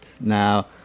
now